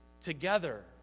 together